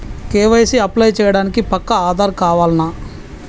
KYC apply చేయనీకి పక్కా ఆధార్ కావాల్నా?